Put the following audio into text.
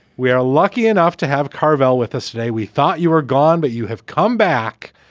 we are lucky enough to have carville with us today. we thought you were gone, but you have come back.